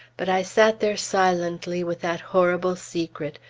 but i sat there silently with that horrible secret,